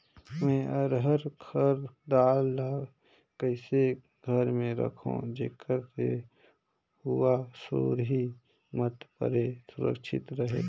मैं अरहर कर दाल ला कइसे घर मे रखों जेकर से हुंआ सुरही मत परे सुरक्षित रहे?